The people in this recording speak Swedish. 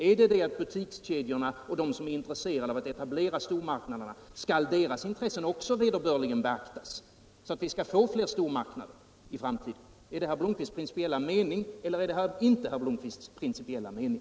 Är det meningen att butikskedjorna och de som vill etablera stormarknader också skall få sina intressen vederbörligen beaktade, så att vi skall få fler stormarknader i framtiden? Är det herr Blomkvists principiella mening eller är det inte herr Blomkvists principiella mening?